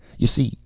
you see,